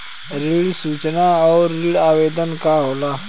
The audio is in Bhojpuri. ऋण सूचना और ऋण आवेदन का होला?